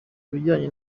bijyanye